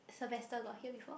Sylvester got hear before